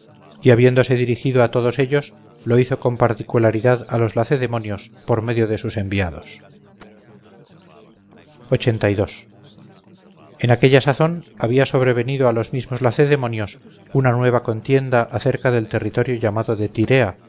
y habiéndose dirigido a todos ellos lo hizo con particularidad a los lacedemonios por medio de sus enviados en aquella sazón había sobrevenido a los mismos lacedemonios una nueva contienda acerca del territorio llamado de thyrea